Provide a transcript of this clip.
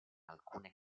alcune